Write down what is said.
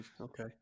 okay